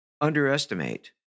underestimate